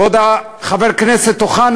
כבוד חבר הכנסת אוחנה,